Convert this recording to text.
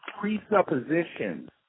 presuppositions